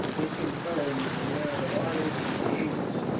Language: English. it confirmed, in their alliance with the english,